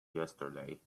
yesterday